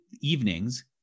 evenings